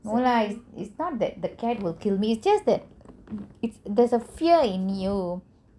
no lah is not that the cat will kill me is just that there is a fear in you